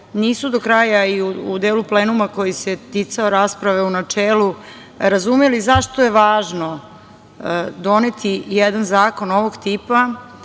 nisu do kraja u delu plenuma, koji se ticao rasprave u načelu, razumeli zašto je važno doneti jedan zakon ovog tipa,